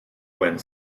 wind